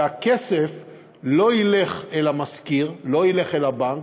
והכסף לא ילך אל המשכיר, לא ילך אל הבנק,